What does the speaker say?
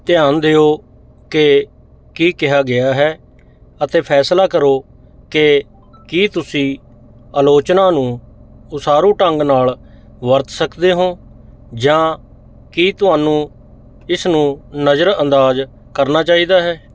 ਧਿਆਨ ਦਿਓ ਕਿ ਕੀ ਕਿਹਾ ਗਿਆ ਹੈ ਅਤੇ ਫ਼ੈਸਲਾ ਕਰੋ ਕਿ ਕੀ ਤੁਸੀਂ ਆਲੋਚਨਾ ਨੂੰ ਉਸਾਰੂ ਢੰਗ ਨਾਲ ਵਰਤ ਸਕਦੇ ਹੋ ਜਾਂ ਕੀ ਤੁਹਾਨੂੰ ਇਸ ਨੂੰ ਨਜ਼ਰਅੰਦਾਜ਼ ਕਰਨਾ ਚਾਹੀਦਾ ਹੈ